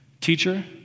Teacher